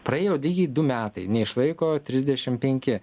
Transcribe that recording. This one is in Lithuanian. praėjo lygiai du metai neišlaiko trisdešim penki